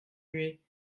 muet